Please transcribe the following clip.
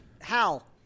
Hal